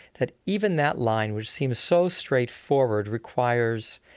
that even that line which seems so straightforward requires,